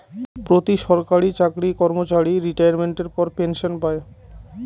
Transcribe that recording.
প্রতি সরকারি চাকরি কর্মচারী রিটাইরমেন্টের পর পেনসন পায়